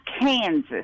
Kansas